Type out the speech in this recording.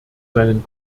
seinen